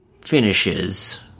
finishes